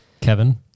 Kevin